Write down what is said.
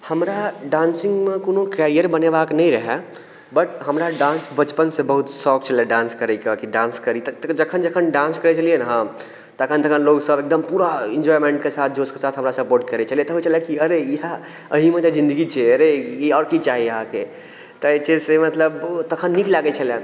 हमरा डांसिंगमे कोनो करियर बनेबाक नहि रहय बट हमरा डांस बचपन सऽ बहुत शौक छलय डांस करैके कि डांस करी तऽ जखन जखन डांस करै छलियै ने हम तखन तखन लोग सब एगदम पूरा एन्जॉयमेंट के साथ जोश के साथ हमरा सपोर्ट करै छलै तऽ होइ छलए कि अरे इहए एहि मे तऽ जिन्दगी छै अरे आओर की चाही अहाँके तऽ जे छै से मतलब तखन नीक लागै छलए